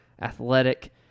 athletic